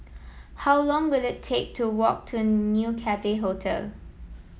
how long will it take to walk to New Cathay Hotel